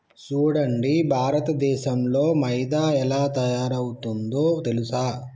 సూడండి భారతదేసంలో మైదా ఎలా తయారవుతుందో తెలుసా